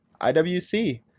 IWC